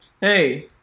Hey